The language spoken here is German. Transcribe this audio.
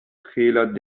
trällert